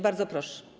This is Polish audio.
Bardzo proszę.